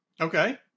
Okay